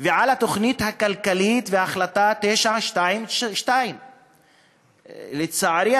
ועל התוכנית הכלכלית והחלטה 922. לצערי,